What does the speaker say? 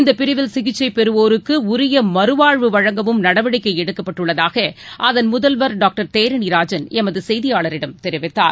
இந்தப் பிரிவில் சிகிச்சை பெறுவோருக்கு உரிய மறுவாழ்வு வழங்கவும் நடவடிக்கை எடுக்கப்பட்டுள்ளதாக அதன் முதல்வர் டாக்டர் தேரணி ராஜன் எமது செய்தியாளரிடம் தெரிவித்தார்